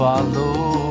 Follow